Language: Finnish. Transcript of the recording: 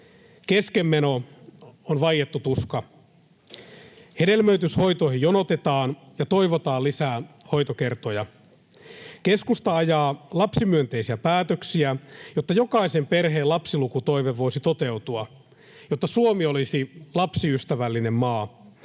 Keskenmeno on vaiettu tuska. Hedelmöityshoitoihin jonotetaan ja toivotaan lisää hoitokertoja. Keskusta ajaa lapsimyönteisiä päätöksiä, jotta jokaisen perheen lapsilukutoive voisi toteutua, jotta Suomi olisi lapsiystävällinen maa.